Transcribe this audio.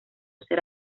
ser